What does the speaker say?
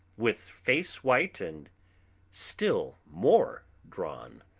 with face white and still more drawn.